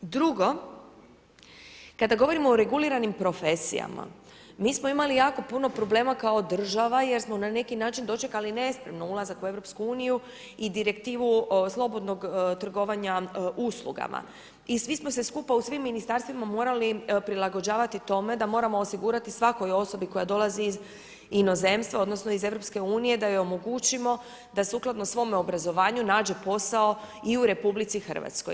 Drugo, kada govorimo o reguliranim profesijama, mi smo imali jako puno problema kao država, jer smo na neki način dočekali nespremno ulazak u Europsku uniju i Direktivu slobodnog trgovanja uslugama, i svi smo se skupa u svim Ministarstvima morali prilagođavati tome, da moramo osigurati svakoj osobi koja dolazi iz inozemstva odnosno iz Europske unije, da joj omogućimo da sukladno svome obrazovanju nađe posao i u Republici Hrvatskoj.